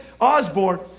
Osborne